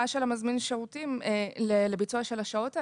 של מזמין השירותים לביצוע של השעות האלה.